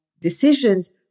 decisions